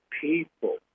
people